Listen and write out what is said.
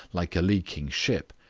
like a leaking ship,